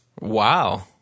Wow